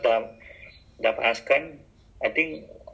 if like this to I mean the sweet and sour fish I think